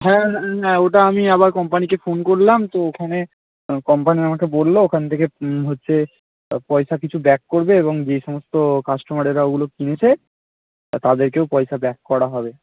হ্যাঁ হ্যাঁ ওটা আমি আবার কোম্পানিকে ফোন করলাম তো ওখানে কোম্পানি আমাকে বললো ওখান থেকে হচ্ছে পয়সা কিছু ব্যাক করবে এবং যে সমস্ত কাস্টমারেরা ওগুলো কিনেছে তাদেরকেও পয়সা ব্যাক করা হবে